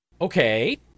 Okay